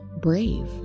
brave